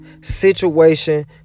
situation